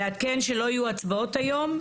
אעדכן שלא יהיו הצבעות היום.